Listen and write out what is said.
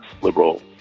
liberal